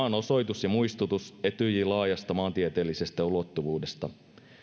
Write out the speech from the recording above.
on osoitus ja muistutus etyjin laajasta maantieteellisestä ulottuvuudesta